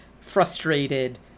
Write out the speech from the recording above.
frustrated